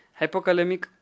hypokalemic